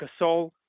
Gasol